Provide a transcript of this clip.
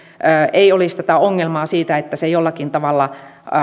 ei olisi tätä ongelmaa siitä että se jollakin tavalla